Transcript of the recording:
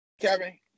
Kevin